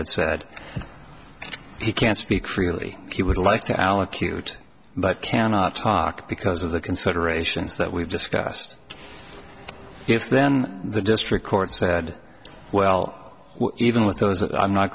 had said he can speak freely he would like to allocute but cannot talk because of the considerations that we've discussed if then the district court said well even with those that i'm not